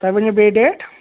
تۄہہِ ؤنیوٗ بیٚیہِ ڈیٹ